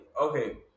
okay